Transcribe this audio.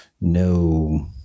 no